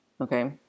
Okay